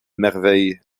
merveille